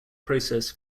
process